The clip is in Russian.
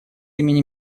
имени